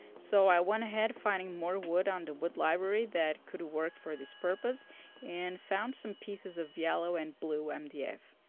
so i went ahead finding more wood on the wood library that could work for this purpose and found some pieces of yellow and blue mdf.